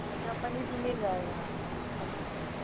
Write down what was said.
अच्छा पनीर भी मिल जाएगा अच्छा